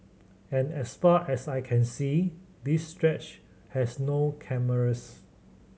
and as far as I can see this stretch has no cameras